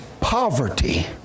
poverty